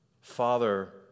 Father